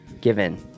given